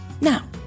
Now